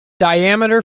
diameter